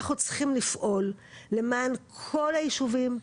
אנחנו צריכים לפעול למען כל הישובים,